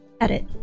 Edit